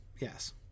yes